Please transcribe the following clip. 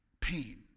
pain